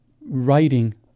writing